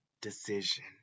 decision